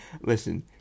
Listen